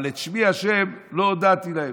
אבל את שמי, ה', לא הודעתי להם.